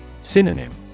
Synonym